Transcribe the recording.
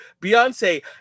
Beyonce